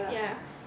ya